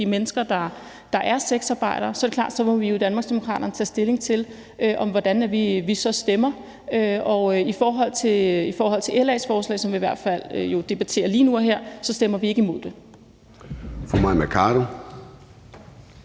mennesker, der er sexarbejdere, så er det klart, at vi i Danmarksdemokraterne må tage stilling til, hvordan vi så stemmer. Og i forhold til LA's forslag, som vi debatterer lige nu og her, stemmer vi ikke imod det.